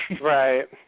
Right